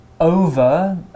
over